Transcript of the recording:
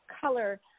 color